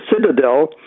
citadel